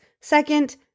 Second